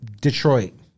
Detroit